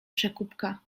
przekupka